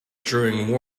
during